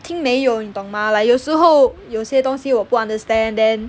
听没有你懂吗 like 有时候有些东西我不 understand then